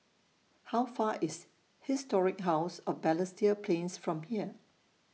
How Far IS Historic House of Balestier Plains from here